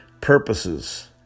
purposes